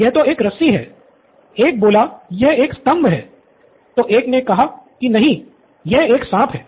यह तो एक रस्सी है एक बोला यह एक स्तम्भ है तो एक ने कहा की नहीं यह एक साँप है